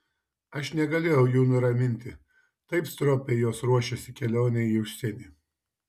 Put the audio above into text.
aš negalėjau jų nuraminti taip stropiai jos ruošėsi kelionei į užsienį